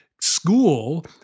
School